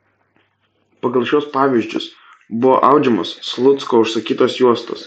pagal šiuos pavyzdžius buvo audžiamos slucko užsakytos juostos